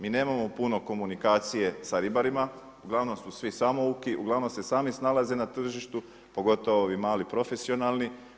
Mi nemamo puno komunikacije sa ribarima, uglavnom su svi samouki, uglavnom se sami snalaze na tržištu pogotovo ovi mali profesionalni.